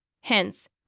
Hence